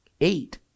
Eight